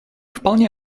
вполне